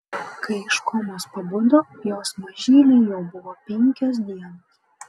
kai iš komos pabudo jos mažylei jau buvo penkios dienos